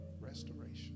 Restoration